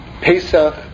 Pesach